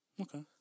Okay